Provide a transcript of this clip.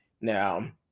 Now